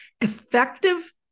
effective